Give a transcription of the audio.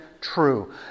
true